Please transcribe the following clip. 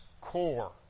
core